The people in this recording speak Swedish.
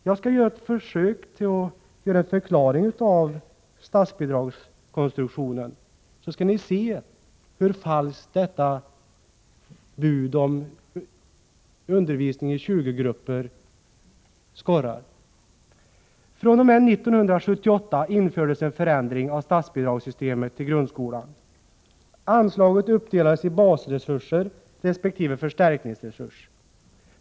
Jag skall försöka förklara statsbidragskonstruktionen så att ni får se hur falskt detta bud om undervisning i 20-grupper är. fr.o.m. 1978 infördes en förändring av statsbidragssystemet i grundskolan. Anslaget uppdelades i basresurs resp. förstärkningsresurs.